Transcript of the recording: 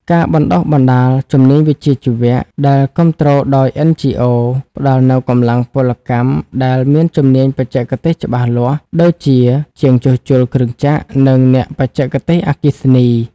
ការបណ្ដុះបណ្ដាលជំនាញវិជ្ជាជីវៈ ដែលគាំទ្រដោយ NGOs ផ្ដល់នូវកម្លាំងពលកម្មដែលមានជំនាញបច្ចេកទេសច្បាស់លាស់ ដូចជាជាងជួសជុលគ្រឿងចក្រ និងអ្នកបច្ចេកទេសអគ្គិសនី។